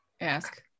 Ask